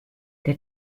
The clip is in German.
der